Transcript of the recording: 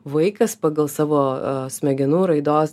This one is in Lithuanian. vaikas pagal savo smegenų raidos